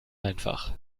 einfach